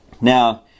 Now